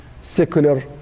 secular